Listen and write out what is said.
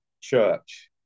church